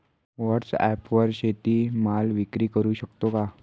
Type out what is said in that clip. व्हॉटसॲपवर शेती माल विक्री करु शकतो का?